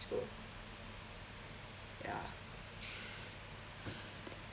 the school ya